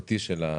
החוקי של התוכנית,